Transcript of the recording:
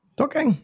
Okay